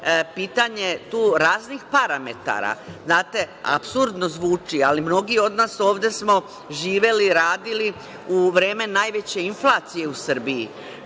pitanje tu raznih parametara. Znate, apsurdno zvuči, ali mnogi od nas ovde su živeli, radili u vreme najveće inflacije u Srbiji,